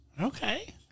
Okay